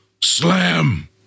Slam